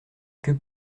que